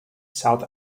south